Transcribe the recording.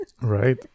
right